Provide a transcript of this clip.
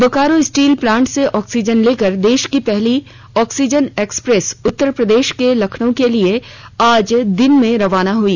Bokaro steel plant से oxygen लेकर देश की पहली oxygen express train Uttar Pradesh के लखनऊ के लिए आज दिन में रवाना हई